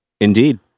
Indeed